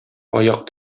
аяк